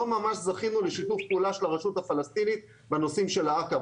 לא ממש זכינו לשיתוף פעולה של הרשות הפלסטינית בנושאים של העכר.